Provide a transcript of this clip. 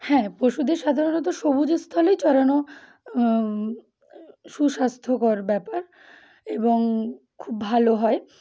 হ্যাঁ পশুদের সাধারণত সবুজ স্থলেই চড়ানো সুস্বাস্থ্যকর ব্যাপার এবং খুব ভালো হয়